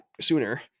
sooner